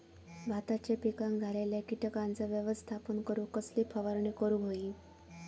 भाताच्या पिकांक झालेल्या किटकांचा व्यवस्थापन करूक कसली फवारणी करूक होई?